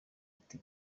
ati